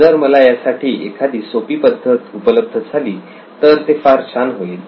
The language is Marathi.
जर मला यासाठी एखादी सोपी पद्धत उपलब्ध झाली तर ते फार छान होईल